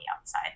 outside